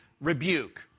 rebuke